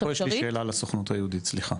אז פה יש לי שאלה לסוכנות היהודית, סליחה.